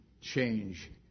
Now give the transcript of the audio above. change